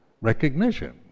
recognition